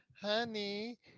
Honey